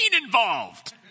involved